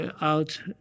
out